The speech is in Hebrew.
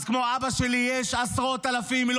אז כמו אבא שלי יש עשרות אלפים במדינה,